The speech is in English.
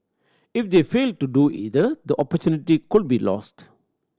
if they fail to do either the opportunity could be lost